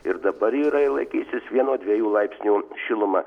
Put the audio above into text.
ir dabar yra ir laikysis vieno dviejų laipsnių šiluma